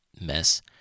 mess